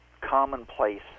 commonplace